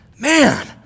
man